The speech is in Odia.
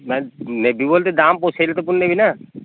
ନାଇଁ ନେବି ବୋଲି ତ ଦାମ୍ ପୋଷେଇଲେ ତ ପୁଣି ନେବି ନା